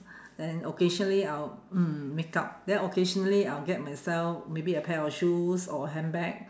then occasionally I will mm makeup then occasionally I will get myself maybe a pair of shoes or handbag